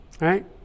Right